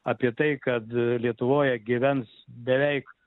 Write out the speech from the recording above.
apie tai kad lietuvoje gyvens beveik